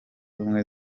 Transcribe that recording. ubumwe